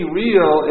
real